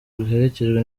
biherekejwe